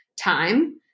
time